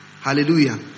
Hallelujah